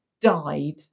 died